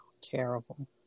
terrible